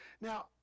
Now